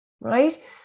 right